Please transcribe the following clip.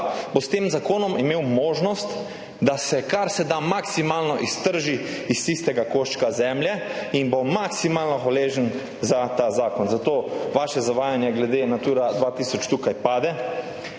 bo s tem zakonom imel možnost, da karseda maksimalno iztrži tisti košček zemlje in bo maksimalno hvaležen za ta zakon, zato vaše zavajanje glede Nature 2000 tukaj pade.